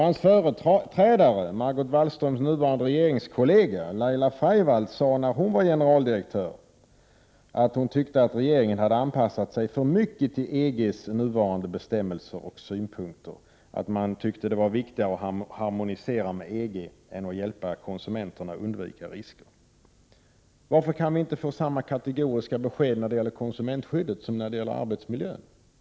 Hans företrädare, Margot Wallströms nuvarande regeringskollega Laila Freivalds, sade när hon var generaldirektör att hon tyckte att regeringen anpassat sig för mycket till EG:s nuvarande bestämmelser och synpunkter och att regeringen tyckte det var viktigare att harmonisera med EG än att hjälpa konsumenterna att undvika risker. Varför kan vi inte få samma kategoriska besked när det gäller konsumentskyddet som när det gäller arbetsmiljön?